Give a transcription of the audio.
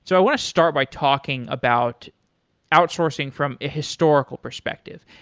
so i want to start by talking about outsourcing from a historical perspective.